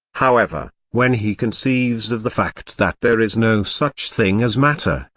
however, when he conceives of the fact that there is no such thing as matter,